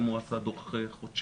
אם הוא עשה דוח חודשי,